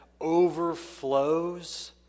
overflows